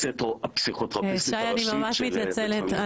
שי אני ממש מתנצלת,